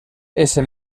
ese